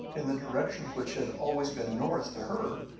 in the direction which had always been north to her,